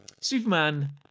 Superman